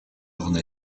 orne